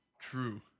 true